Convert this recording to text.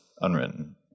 Unwritten